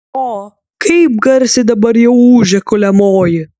o kaip garsiai dabar jau ūžia kuliamoji